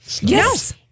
Yes